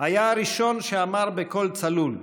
היה הראשון שאמר בקול צלול: